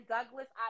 Douglas